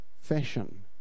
fashion